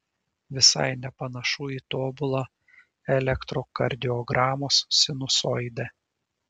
visai nepanašu į tobulą elektrokardiogramos sinusoidę